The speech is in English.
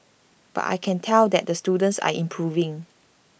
but I can tell that the students are improving